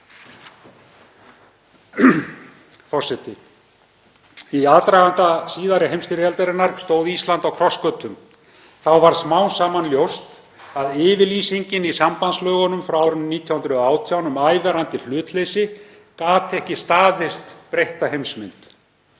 Forseti. Í aðdraganda síðari heimsstyrjaldarinnar stóð Ísland á krossgötum. Þá varð smám saman ljóst að yfirlýsingin í sambandslögunum frá árinu 1918, um ævarandi hlutleysi, gat ekki staðist breytta heimsmynd.